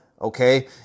okay